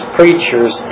preachers